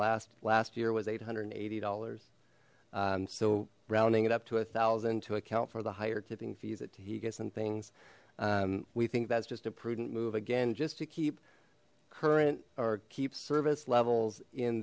last last year was eight hundred and eighty dollars so rounding it up to a thousand to account for the higher tipping fees at two higa some things we think that's just a prudent move again just to keep current or keep service levels in